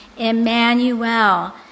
Emmanuel